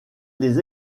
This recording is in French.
les